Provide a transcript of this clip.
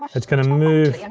it's gonna move, yeah